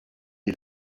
est